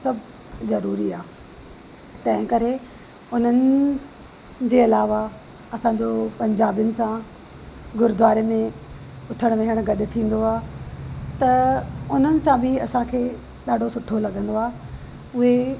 सभु ज़रूरी आहे तंहिं करे उन्हनि जे अलावा असांजो पंजाबीनि सां गुरुद्वारे में उथणु वियणु गॾु थींदो आहे त उन्हनि सां बि असांखे ॾाढो सुठो लॻंदो आहे उहे